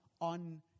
on